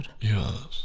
Yes